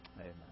amen